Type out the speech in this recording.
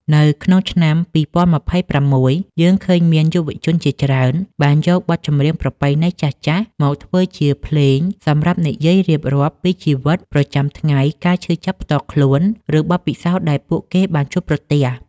នៅក្នុងឆ្នាំ ២០២៦ យើងឃើញមានយុវជនជាច្រើនបានយកបទចម្រៀងប្រពៃណីចាស់ៗមកធ្វើជាភ្លេងសម្រាប់និយាយរៀបរាប់ពីជីវិតប្រចាំថ្ងៃ ការឈឺចាប់ផ្ទាល់ខ្លួន ឬបទពិសោធន៍ដែលពួកគេបានជួបប្រទះ។